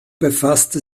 befasste